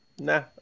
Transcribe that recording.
nah